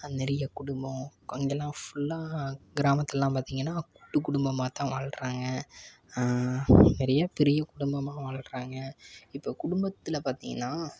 நிறைய குடும்பம் இங்கேலாம் ஃபுல்லாக கிராமத்திலலாம் பார்த்திங்கன்னா கூட்டுக் குடும்பமாக தான் வாழ்கிறாங்க நிறையா பெரிய குடும்பமாக வாழ்கிறாங்க இப்போ குடும்பத்தில் பார்த்திங்கனா